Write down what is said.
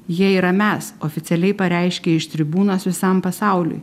jie yra mes oficialiai pareiškė iš tribūnos visam pasauliui